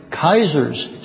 Kaisers